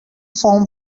foam